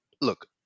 look